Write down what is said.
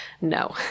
no